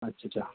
अच्छा अच्छा